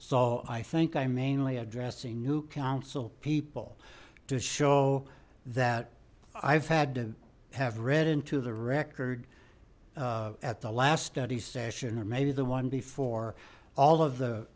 so i think i'm mainly addressing new council people to show that i've had to have read into the record at the last study session or maybe the one before all of the